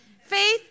Faith